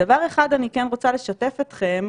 דבר אחד אני כן רוצה לשתף אתכם,